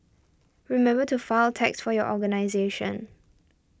remember to file tax for your organisation